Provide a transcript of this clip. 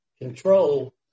control